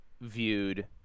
viewed